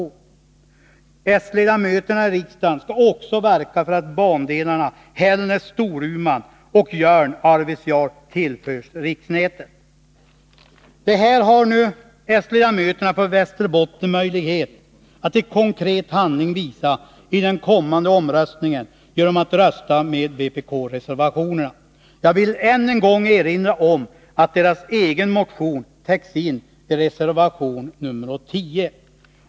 De socialdemokratiska ledamöterna i riksdagen skall också verka för att bandelarna Hällnäs-Storuman och Jörn-Arvidsjaur tillförs riksnätet. Detta har nu de socialdemokratiska ledamöterna från Västerbotten möjlighet att i konkret handling följa i den kommande omröstningen genom att rösta på vpk-reservationerna. Jag vill än en gång erinra om att deras egen motion täcks in i reservation nr 10.